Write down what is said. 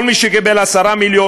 כל מי שקיבל 10 מיליון,